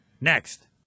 Next